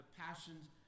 passions